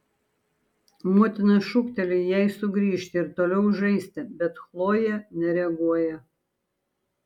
motina šūkteli jai sugrįžti ir toliau žaisti bet chlojė nereaguoja